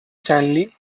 stanley